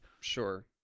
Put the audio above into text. Sure